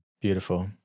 Beautiful